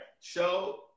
show